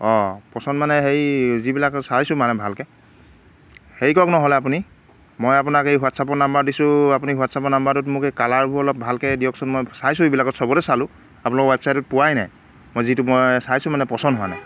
অঁ পচন্দ মানে হেৰি যিবিলাক চাইছোঁ মানে ভালকৈ হেৰি কৰক নহ'লে আপুনি মই আপোনাক এই হোৱাটছআপৰ নাম্বাৰ দিছোঁ আপুনি হোৱাটছআপৰ নাম্বাৰটোত মোক এই কালাৰবোৰ অলপ ভালকৈ দিয়কচোন মই চাইছোঁ এইবিলাকত সবতে চালোঁ আপোনালোকৰ ৱেবছাইটত পোৱাই নাই মই যিটো মই চাইছোঁ মানে পচন্দ হোৱা নাই